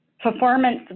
performance